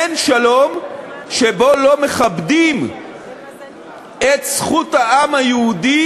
אין שלום שבו לא מכבדים את זכות העם היהודי